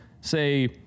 say